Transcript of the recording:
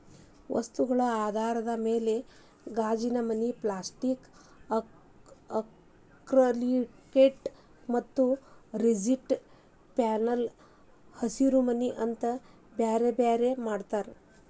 ವಸ್ತುಗಳ ಆಧಾರದ ಮ್ಯಾಲೆ ಗಾಜಿನಮನಿ, ಪ್ಲಾಸ್ಟಿಕ್ ಆಕ್ರಲಿಕ್ಶೇಟ್ ಮತ್ತ ರಿಜಿಡ್ ಪ್ಯಾನೆಲ್ ಹಸಿರಿಮನಿ ಅಂತ ಬ್ಯಾರ್ಬ್ಯಾರೇ ಮಾಡ್ತಾರ